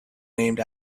named